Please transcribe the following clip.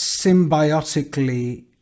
symbiotically